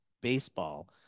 baseball